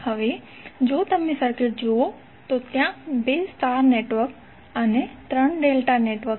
હવે જો તમે સર્કિટ જુઓ તો ત્યાં 2 સ્ટાર નેટવર્ક અને 3 ડેલ્ટા નેટવર્ક છે